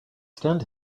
stand